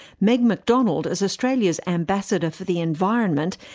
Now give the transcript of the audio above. meg mcdonald, as australia's ambassador for the environment,